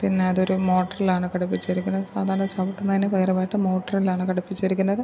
പിന്ന അതൊരു മോട്ടറിലാണ് ഘടിപ്പിച്ചിരിക്കുന്നത് സാധാരണ ചവിട്ടുന്നതിന് പകരമായിട്ട് മോട്ടോറിലാണ് ഘടിപ്പിച്ചിരിക്കുന്നത്